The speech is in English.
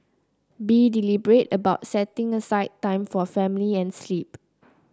be deliberate about setting aside time for family and sleep